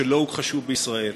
שלא הוכחשו בישראל,